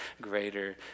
greater